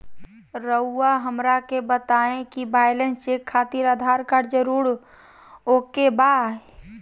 रउआ हमरा के बताए कि बैलेंस चेक खातिर आधार कार्ड जरूर ओके बाय?